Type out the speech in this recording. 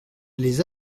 les